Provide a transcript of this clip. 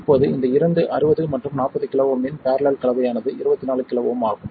இப்போது இந்த இரண்டு 60 மற்றும் 40 kΩ இன் பேரலல் கலவையானது 24 kΩ ஆகும்